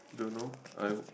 don't know I